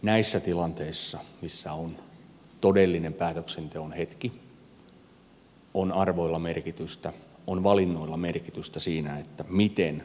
näissä tilanteissa missä on todellinen päätöksenteon hetki on arvoilla merkitystä on valinnoilla merkitystä siinä miten ratkaisuja tehdään